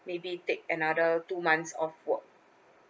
maybe take another two months off work